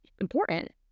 important